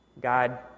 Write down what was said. God